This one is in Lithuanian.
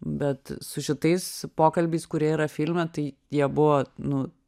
bet su šitais pokalbiais kurie yra filme tai jie buvo nu